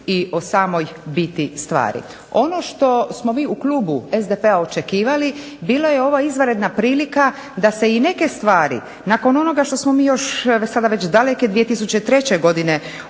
i o samoj biti stvari. Ono što smo mi u klubu SDP-a očekivali bila je ovo izvanredna prilika da se i neke stvari nakon onoga što smo mi još evo sada već daleke 2003. godine uveli